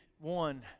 one